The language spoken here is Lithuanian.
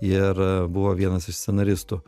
ir buvo vienas iš scenaristų